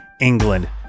england